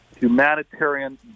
humanitarian